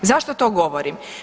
Zašto to govorim?